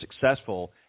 successful